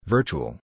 Virtual